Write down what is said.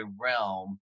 realm